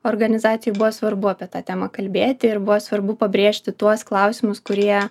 organizacijoj buvo svarbu apie tą temą kalbėti ir buvo svarbu pabrėžti tuos klausimus kurie